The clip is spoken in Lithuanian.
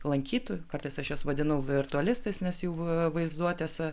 lankytojų kartais aš juos vadinu virtualistais nes jų vaizduotėse